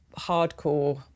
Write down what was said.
hardcore